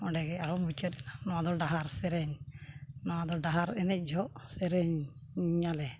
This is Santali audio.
ᱚᱸᱰᱮ ᱜᱮ ᱟᱨᱦᱚᱸ ᱢᱩᱪᱟᱹᱫᱮᱱᱟ ᱱᱚᱣᱟ ᱫᱚ ᱰᱟᱦᱟᱨ ᱥᱮᱨᱮᱧ ᱱᱚᱣᱟ ᱫᱚ ᱰᱟᱦᱟᱨ ᱮᱱᱮᱡ ᱡᱚᱦᱚᱜ ᱥᱮᱨᱮᱧ ᱟᱞᱮ